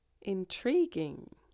Intriguing